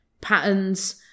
patterns